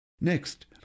Next